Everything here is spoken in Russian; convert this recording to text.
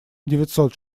девятьсот